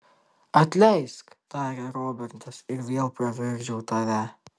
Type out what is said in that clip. atleisk tarė robertas ir vėl pravirkdžiau tave